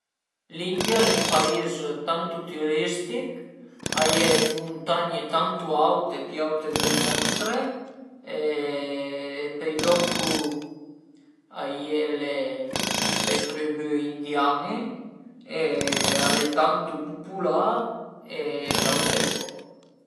Mi parlu l'italian, pöi dopu ën po d'ingles, lon ch'a fan ëmparé a scola e pöi parlu ël dialèt piemuntes e a m'pias tantu parlelu përché dizuma che ën famìa lu parluma e cuindi s'capiuma parei